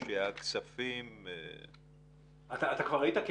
אתה כבר ראית?